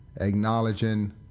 acknowledging